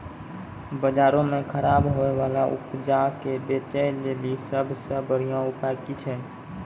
बजारो मे खराब होय बाला उपजा के बेचै लेली सभ से बढिया उपाय कि छै?